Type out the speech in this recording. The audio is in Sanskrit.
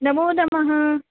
नमो नमः